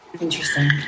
Interesting